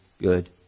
good